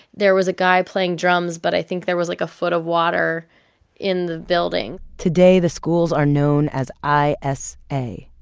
there was a guy playing drums, but i think there was like a foot of water in the building today the schools are known as i s a.